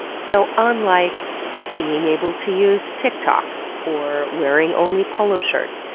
so unlike being able to use tiktok, or wearing only polo shirts,